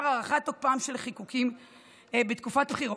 הארכת תוקפם של חיקוקים בתקופת בחירות,